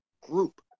group